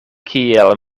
kiel